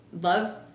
love